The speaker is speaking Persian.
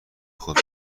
خود